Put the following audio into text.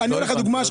אני אתן לך דוגמה.